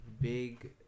Big